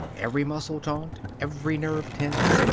every muscle taut, every nerve tense,